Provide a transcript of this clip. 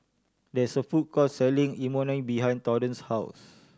there is a food court selling Imoni behind Torrance's house